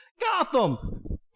Gotham